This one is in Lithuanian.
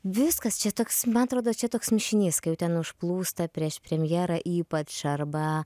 viskas čia toks man atrodo čia toks mišinys kai jau ten užplūsta prieš premjerą ypač arba